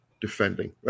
defending